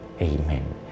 Amen